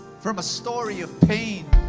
from a story of pain